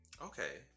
okay